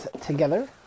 together